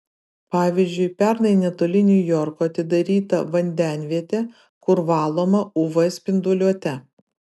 pavyzdžiui pernai netoli niujorko atidaryta vandenvietė kur valoma uv spinduliuote